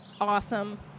awesome